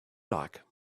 like